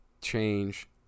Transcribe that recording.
change